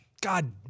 God